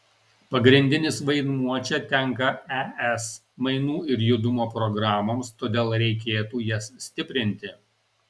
pagrindinis vaidmuo čia tenka es mainų ir judumo programoms todėl reikėtų jas stiprinti